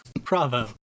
bravo